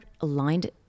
aligned